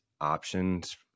options